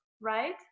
right